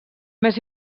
més